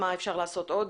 מה אפשר לעשות עוד.